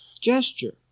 gesture